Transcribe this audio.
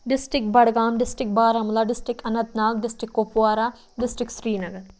district Budgam district Baramulla district Anant Nag district Kupwara district Srinagar